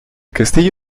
castillo